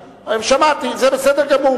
שמעתי, זה בסדר גמור.